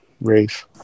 race